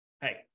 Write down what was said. Hey